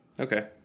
Okay